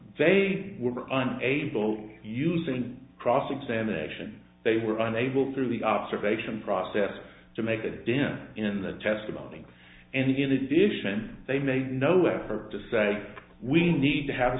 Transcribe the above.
they were on a table using cross examination they were unable through the observation process to make a dent in the testimony and in addition they made no effort to say we need to have